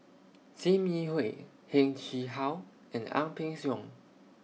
SIM Yi Hui Heng Chee How and Ang Peng Siong